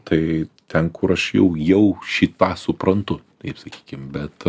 tai ten kur aš jau jau šį tą suprantu taip sakykim bet